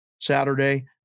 saturday